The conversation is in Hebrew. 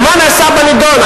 ומה נעשה בנדון?